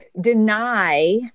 deny